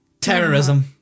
Terrorism